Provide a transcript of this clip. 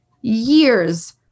years